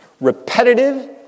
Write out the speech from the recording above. Repetitive